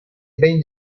beni